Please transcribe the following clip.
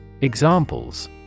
Examples